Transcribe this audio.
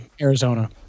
Arizona